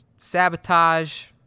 sabotage